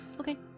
Okay